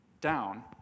down